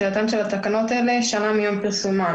שתחילתן של התקנות האלה שנה מיום פרסומן.